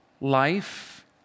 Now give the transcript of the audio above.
life